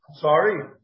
sorry